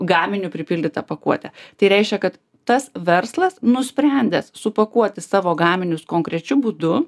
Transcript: gaminiu pripildytą pakuotę tai reiškia kad tas verslas nusprendęs supakuoti savo gaminius konkrečiu būdu